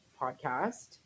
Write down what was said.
podcast